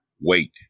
wait